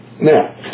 Now